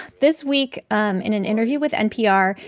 this week um in an interview with npr,